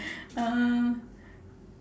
uh